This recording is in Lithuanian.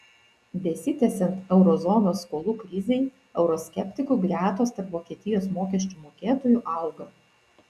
besitęsiant euro zonos skolų krizei euroskeptikų gretos tarp vokietijos mokesčių mokėtojų auga